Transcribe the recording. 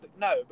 no